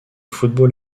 football